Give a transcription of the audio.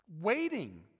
waiting